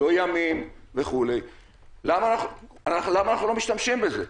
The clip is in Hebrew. לא ימים למה אנחנו לא משתמשים בזה?